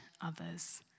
others